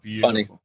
funny